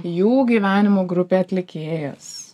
jų gyvenimo grupė atlikėjas